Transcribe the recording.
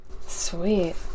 sweet